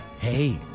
Hey